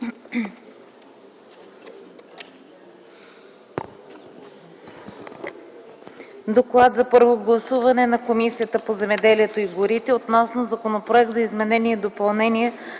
„ДОКЛАД за първо гласуване на Комисията по земеделието и горите относно Законопроект за изменение и допълнение